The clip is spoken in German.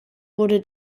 wurde